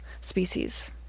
species